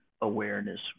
awareness